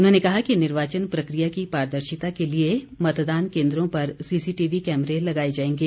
उन्होंने कहा कि निर्वाचन प्रक्रिया की पारदर्शिता के लिए मतदान केन्द्रों पर सीसीटीवी कैमरे लगाए जाएंगे